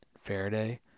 Faraday